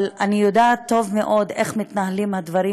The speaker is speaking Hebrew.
אבל אני יודעת טוב מאוד איך מתנהלים הדברים